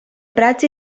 prats